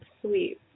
sweet